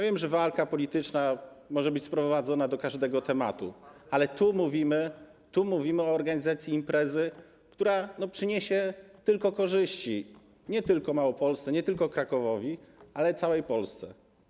Wiem, że walka polityczna może być sprowadzona do każdego tematu, ale mówimy o organizacji imprezy, która przyniesie tylko korzyści, nie tylko Małopolsce, nie tylko Krakowowi, ale także całej Polsce.